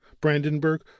Brandenburg